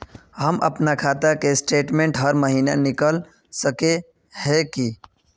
हम अपना खाता के स्टेटमेंट हर महीना निकल सके है की?